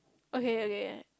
okay okay